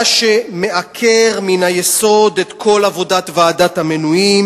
מה שמעקר מן היסוד את כל עבודת ועדת המינויים